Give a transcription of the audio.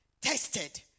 tested